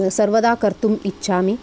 सर्वदा कर्तुम् इच्छामि